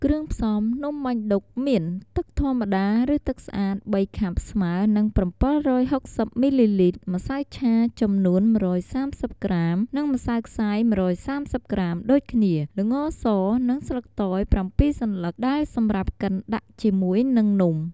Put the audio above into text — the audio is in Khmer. គ្រឿងផ្សំនំបាញ់ឌុកមាន ទឹកធម្មតាឬទឹកស្អាត៣ខាប់ស្មើរនឹង៧៦០មីលីលីត្រ ម្សៅឆាចំនួន១៣០ក្រាម និងម្សៅខ្សាយ១៣០ក្រាមដូចគ្នា ល្ងរស និងស្លឹកតើយ៧សន្លឹកដែលសម្រាប់កិនដាក់ជាមួយនិងនំ។